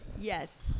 Yes